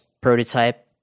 prototype